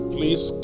Please